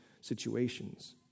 situations